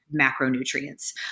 macronutrients